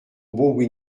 bow